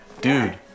dude